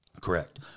Correct